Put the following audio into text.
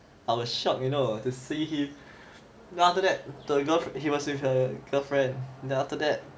I was shocked you know to see him then after that the girlf~ he was with the girlfriend then after that